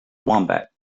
wombat